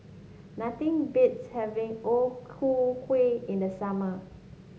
nothing beats having O Ku Kueh in the summer